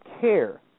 care